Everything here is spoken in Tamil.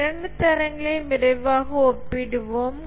இந்த இரண்டு தரங்களையும் விரைவாக ஒப்பிடுவோம்